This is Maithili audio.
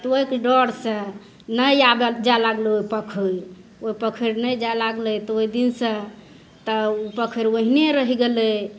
तऽ ओहिके डर सँ नहि आबै जाय लागलै ओहि पोखरि ओहि पोखरि नहि जाए लागलै तऽ ओहि दिनसँ तऽ ओ पोखरि ओहिने रहि गेलै